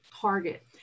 Target